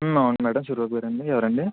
అవును మేడం సురేష్ గారేండి ఎవరండి